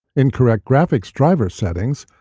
incorrect graphics driver settings,